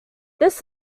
this